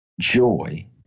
joy